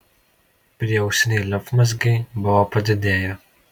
prieausiniai limfmazgiai buvo padidėję